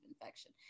infection